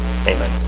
amen